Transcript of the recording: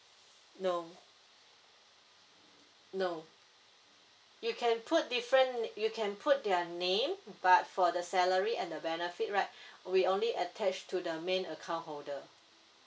no no you can put different name you can put their name but for the salary and the benefit right we only attach to the main account holder